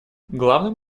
главным